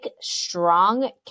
strong